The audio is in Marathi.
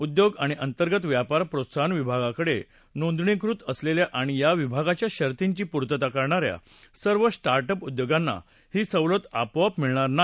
उद्योग आणि अंतर्गत व्यापार प्रोत्साहन विभागाकडे नोंदणीकृत असलेल्या आणि या विभागाच्या शर्तींची पूर्तता करणाऱ्या सर्व स्टार्ट अप उद्योगांना ही सवलत आपोआप मिळणार नाही